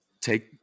take